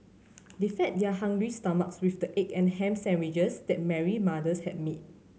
they fed their hungry stomachs with the egg and ham sandwiches that Mary mother's had made